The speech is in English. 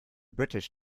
british